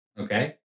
Okay